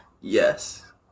Yes